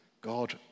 God